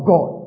God